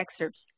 excerpts